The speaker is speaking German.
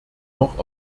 noch